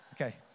Okay